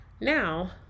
now